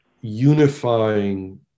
unifying